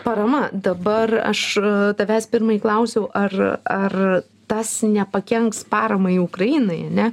parama dabar aš tavęs pirmai klausiau ar ar tas nepakenks paramai ukrainai ane